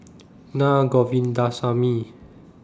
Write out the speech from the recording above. Na Govindasamy